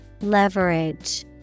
Leverage